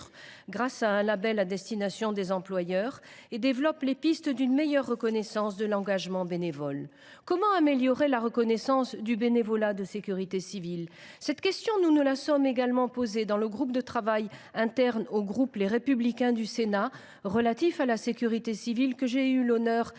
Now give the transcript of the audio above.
grâce à un label à destination des employeurs, et développe les pistes d’une meilleure reconnaissance de l’engagement bénévole. Comment améliorer la reconnaissance du bénévolat de sécurité civile ? Cette question, nous nous la sommes aussi posée, au sein du groupe de travail interne au groupe Les Républicains du Sénat relatif à la sécurité civile, que j’ai eu l’honneur